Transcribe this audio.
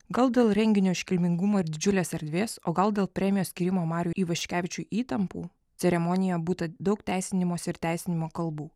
gal dėl renginio iškilmingumo ir didžiulės erdvės o gal dėl premijos skyrimo mariui ivaškevičiui įtampų ceremonija būta daug teisinimosi ir teisinimo kalbų